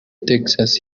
texas